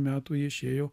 metų ji išėjo